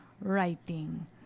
writing